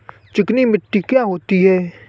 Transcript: चिकनी मिट्टी क्या होती है?